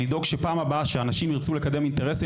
לדאוג שפעם הבאה שאנשים ירצו לקדם אינטרסים,